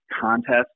contest